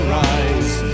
rise